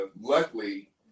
luckily